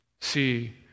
See